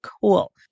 Cool